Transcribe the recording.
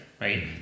right